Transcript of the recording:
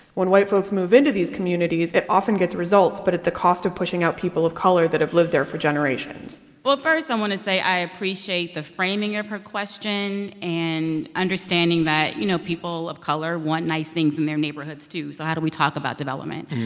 when white folks move into these communities, it often gets results, but at the cost of pushing out people of color that have lived there for generations well, first, i want to say, i appreciate the framing of her question and understanding that, you know, people of color want nice things in their neighborhoods too. so how do we talk about development?